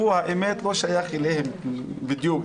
שהוא האמת לא שייך אליהם בדיוק,